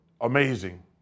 amazing